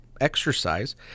exercise